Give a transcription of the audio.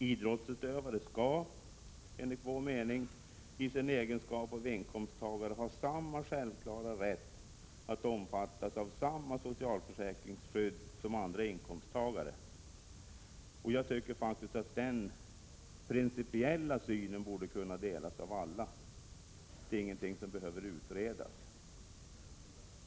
Idrottsutövare skall enligt vår mening, i sin egenskap av inkomsttagare, ha samma självklara rätt att omfattas av samma socialförsäkringsskydd som andra inkomsttagare. Jag tycker att den principiella synen borde kunna delas av alla. Det behöver inte utredas.